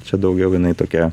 čia daugiau jinai tokia